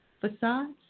Facades